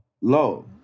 low